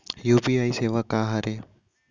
UPI सेवा का हरे?